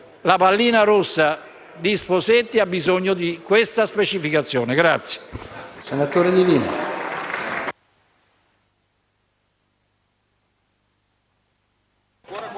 La pallina rossa di Sposetti ha bisogno di questa specificazione.